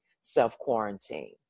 self-quarantine